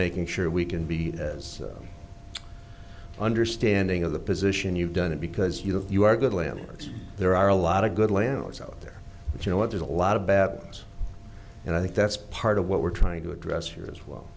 making sure we can be as understanding of the position you've done it because you know you are good lammers there are a lot of good landlords out there but you know what there's a lot of bad news and i think that's part of what we're trying to address your as well